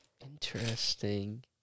Interesting